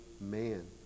man